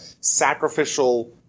sacrificial